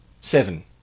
seven